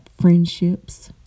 Friendships